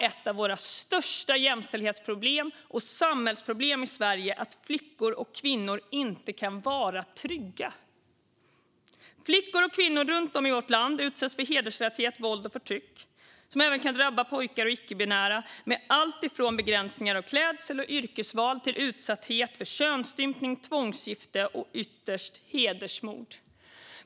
Ett av våra största jämställdhetsproblem och samhällsproblem i Sverige är att flickor och kvinnor inte kan vara trygga. Flickor och kvinnor runt om i vårt land utsätts för hedersrelaterat våld och förtryck, som även kan drabba pojkar och icke-binära, med alltifrån begränsningar av klädsel och yrkesval till utsatthet för könsstympning, tvångsgifte och ytterst hedersmord.